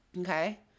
okay